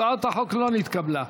הצעת החוק לא נתקבלה.